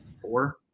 four